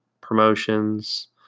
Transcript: promotions